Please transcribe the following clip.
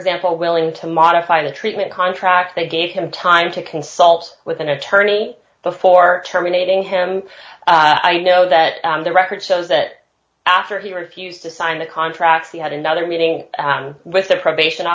example willing to modify the treatment contract they gave him time to consult with an attorney before terminating him i know that the record shows that after he refused to sign the contract he had another meeting with the probation